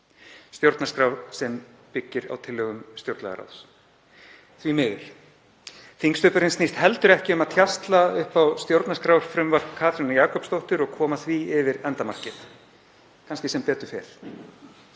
stjórnarskrá sem byggir á tillögum stjórnlagaráðs, því miður. Þingstubburinn snýst heldur ekki um að tjasla upp á stjórnarskrárfrumvarp Katrínar Jakobsdóttur og koma því yfir endamarkið, kannski sem betur fer.